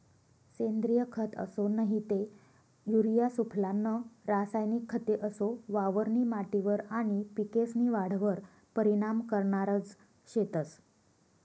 सेंद्रिय खत असो नही ते युरिया सुफला नं रासायनिक खते असो वावरनी माटीवर आनी पिकेस्नी वाढवर परीनाम करनारज शेतंस